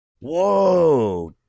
whoa